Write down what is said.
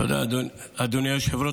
תודה, אדוני היושב-ראש.